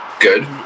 good